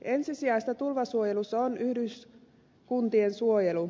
ensisijaista tulvasuojelussa on yhdyskuntien suojelu